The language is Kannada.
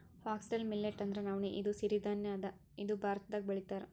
ಫಾಕ್ಸ್ಟೆಲ್ ಮಿಲ್ಲೆಟ್ ಅಂದ್ರ ನವಣಿ ಇದು ಸಿರಿ ಧಾನ್ಯ ಅದಾ ಇದು ಭಾರತ್ದಾಗ್ ಬೆಳಿತಾರ್